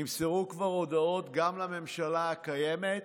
נמסרו כבר הודעות, גם לממשלה הקיימת,